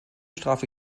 strafe